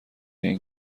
این